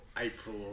April